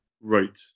Right